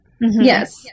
Yes